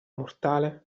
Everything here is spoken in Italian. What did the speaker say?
mortale